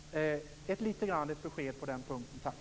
Ett litet besked på den punkten, tack.